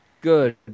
Good